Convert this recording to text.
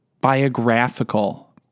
biographical